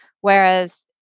Whereas